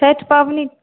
छठि पाबनि